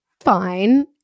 fine